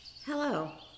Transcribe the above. Hello